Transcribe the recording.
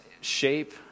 shape